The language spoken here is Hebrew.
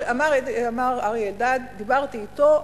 אמר אריה אלדד: דיברתי אתו,